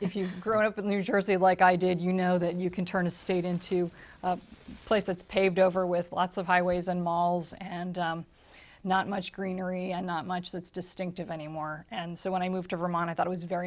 if you grow up in new jersey like i did you know that you can turn a state into a place that's paved over with lots of highways and malls and not much greenery and not much that's distinctive anymore and so when i moved to vermont i thought it was very